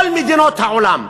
כל מדינות העולם,